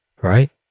right